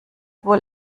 wohl